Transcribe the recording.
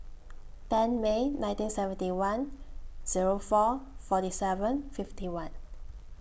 ten May nineteen seventy one Zero four forty seven fifty one